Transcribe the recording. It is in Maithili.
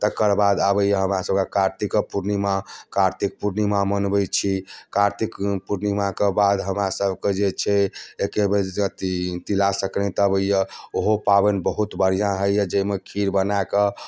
तकर बाद आबैया हमरा सबहक कार्तिककऽ पूर्णिमा कार्तिक पूर्णिमा मनबैत छी कार्तिक पुर्णिमा कऽ बाद हमरा सबके जे छै एकेबेर अथी तिला सङ्क्रान्ति अबैया ओहो पाबनि बहुत बढ़िआँ होइया जाहिमे खीर बनाकऽ